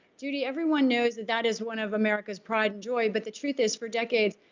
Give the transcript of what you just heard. judy, everyone knows that that is one of america's pride and joy, but the truth is, for decades,